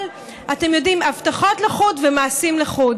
אבל, אתם יודעים, הבטחות לחוד ומעשים לחוד.